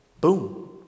Boom